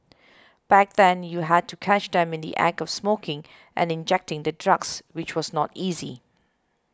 back then you had to catch them in the Act of smoking and injecting the drugs which was not easy